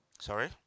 Sorry